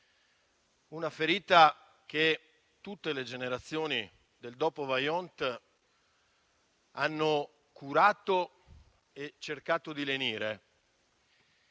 una ferita che tutte le generazioni del dopo-Vajont hanno curato e cercato di lenire.